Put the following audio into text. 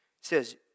says